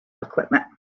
equipment